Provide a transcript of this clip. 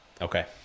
Okay